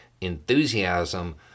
enthusiasm